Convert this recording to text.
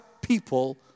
people